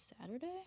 Saturday